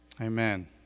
Amen